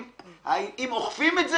אם אוכפים את זה?